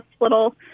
little